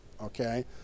okay